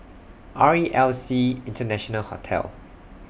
R E L C International Hotel